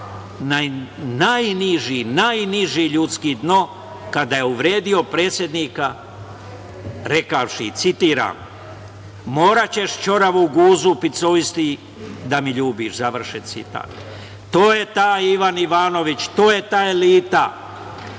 pao na najniže ljusko dno kada je uvredio predsednika rekavši, citiram: „Moraćeš ćoravu guzu picousti da mi ljubiš“ završen citat. To je taj Ivan Ivanović, to je ta elita